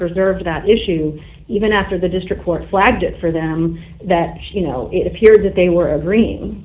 preserve that issue even after the district court flagged it for them that you know it appeared that they were agreeing